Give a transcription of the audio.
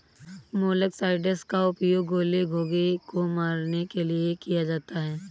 molluscicides का उपयोग गोले, घोंघे को मारने के लिए किया जाता है